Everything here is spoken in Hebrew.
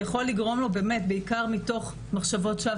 יכול לגרום לו בעיקר מתוך מחשבות שווא